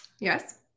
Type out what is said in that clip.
Yes